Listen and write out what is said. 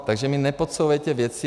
Takže mi nepodsouvejte věci...